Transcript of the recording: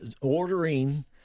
ordering